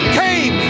came